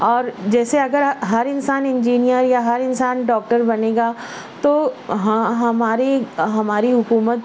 اور جیسے اگر ہر انسان انجینئر یا ہر انسان ڈاکٹر بنے گا تو ہاں ہماری ہماری حکومت